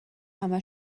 همه